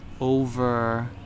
over